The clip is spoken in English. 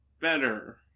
better